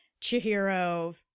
Chihiro